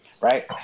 Right